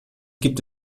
gibt